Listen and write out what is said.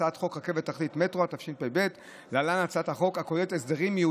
הצעת חוק רכבת תחתית מטרו,